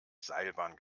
seilbahn